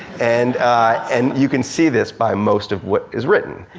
and and you can see this by most of what is written,